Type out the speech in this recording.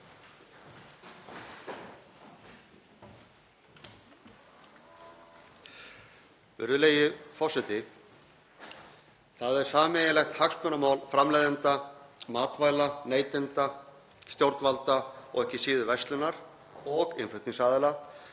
Það er sameiginlegt hagsmunamál framleiðenda matvæla, neytenda, stjórnvalda og ekki síður verslunar og innflutningsaðila